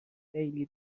خیلی